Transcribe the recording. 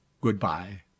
Good-bye